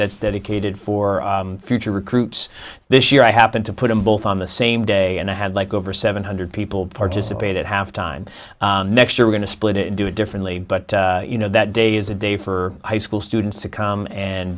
that's dedicated for future recruits this year i happened to put them both on the same day and i had like over seven hundred people participate at half time next year going to split it and do it differently but you know that day is the day for high school students to come and